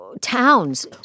towns